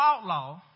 outlaw